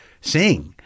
sing